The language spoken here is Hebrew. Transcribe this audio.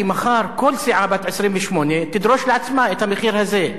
כי מחר כל סיעה בת 28 תדרוש לעצמה את המחיר הזה.